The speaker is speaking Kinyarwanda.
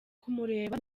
kumureba